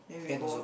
can also